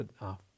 enough